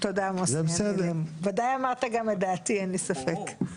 תודה, וודאי אמרת גם את דעתי אני אין לי ספק.